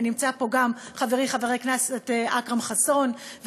ונמצא פה גם חברי חבר הכנסת אכרם חסון,